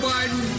Biden